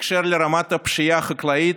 בקשר לרמת הפשיעה החקלאית,